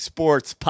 Sports